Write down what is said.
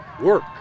work